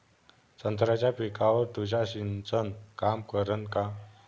संत्र्याच्या पिकावर तुषार सिंचन काम करन का?